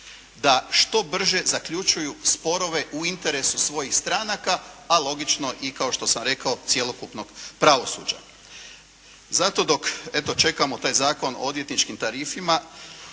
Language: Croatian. da što brže zaključuju sporove u interesu svojih stranaka, a logično i kao što sam rekao cjelokupnog pravosuđa. Zato eto dok čekamo taj Zakon o odvjetničkim tarifama